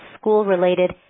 school-related